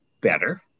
better